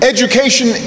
Education